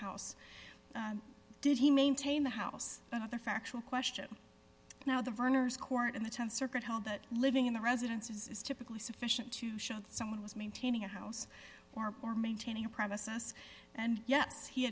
house did he maintain the house and other factual question now the vernor's court in the th circuit held that living in the residences is typically sufficient to show that someone was maintaining a house or maintaining a process and yes he